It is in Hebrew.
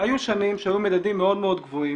היו שנים שהיו מדדים מאוד מאוד גבוהים,